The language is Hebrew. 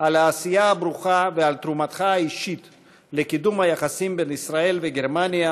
על העשייה הברוכה ועל תרומתך האישית לקידום היחסים בין ישראל לגרמניה